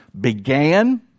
Began